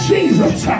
Jesus